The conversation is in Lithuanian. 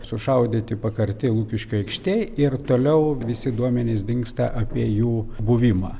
sušaudyti pakarti lukiškių aikštėj ir toliau visi duomenys dingsta apie jų buvimą